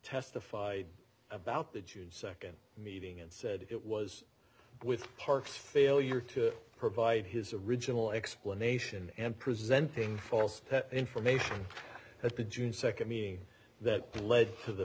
testified about the june second meeting and said it was with park failure to provide his original explanation and presenting false information has been june second meaning that led to the